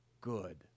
good